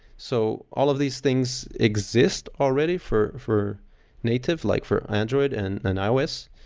so all of these things exist already for for native, like for android and and ios.